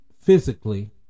physically